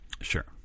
Sure